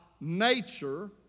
nature